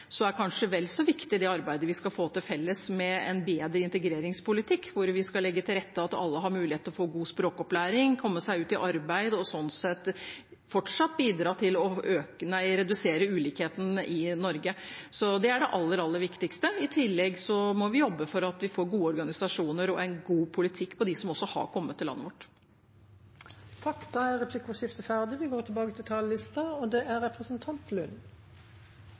er kanskje vel så viktig det arbeidet vi skal få til felles med en bedre integreringspolitikk, hvor vi skal legge til rette for at alle har mulighet til å få god språkopplæring og komme seg ut i arbeid, og sånn sett fortsatt bidra til å redusere ulikhetene i Norge. Det er det aller, aller viktigste. I tillegg må vi jobbe for å få gode organisasjoner og en god politikk også for dem som har kommet til landet vårt. Replikkordskiftet er ferdig. I dag er 1 pst. av verdens befolkning på flukt. Det